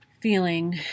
feeling